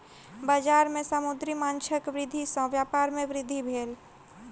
बजार में समुद्री माँछक वृद्धि सॅ व्यापार में वृद्धि भेल